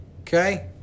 okay